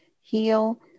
heal